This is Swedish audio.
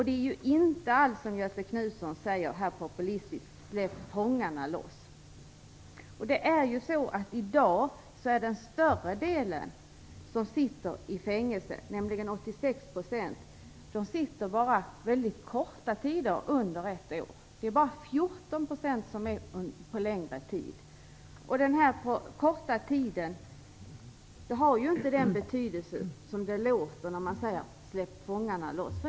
Det handlar inte alls om att som Göte Knutson populistiskt säga: "Släpp fångarne loss". Merparten av dem som sitter i fängelse i dag, nämligen 86 %, sitter bara korta tider under ett år. Det är bara 14 % som sitter i fängelse en längre tid. Den här korta tiden betyder inte detsamma som att säga: "Släpp fångarne loss".